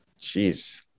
Jeez